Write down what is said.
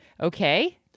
Okay